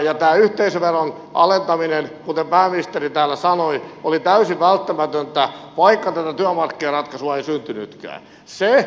tämä yhteisöveron alentaminen kuten pääministeri täällä sanoi oli täysin välttämätöntä vaikka tätä työmarkkinaratkaisua ei syntynytkään